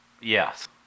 Yes